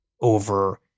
over